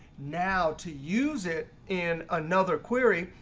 now to use it in another query,